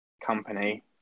company